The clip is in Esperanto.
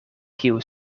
kiu